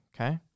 okay